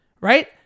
right